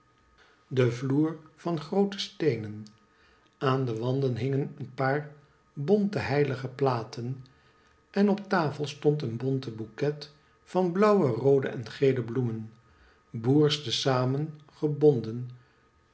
de vloer van groote stcencn aan de wanden hingen een paar bonte heilige platen en op tafel stond een bonte boeket van blauwe roode en gele bloemen boersch te zamen gebonden